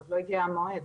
עוד לא הגיע המועד.